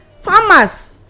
farmers